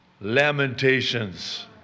Lamentations